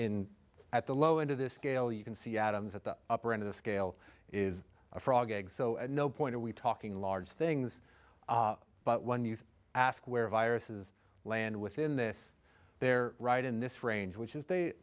in at the low end of this scale you can see atoms at the upper end of the scale is a frog so at no point are we talking large things but when you ask where viruses land within this they're right in this range which is they